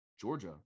Georgia